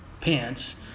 pants